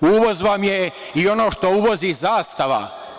Uvoz vam je i ono što uvozi „Zastava“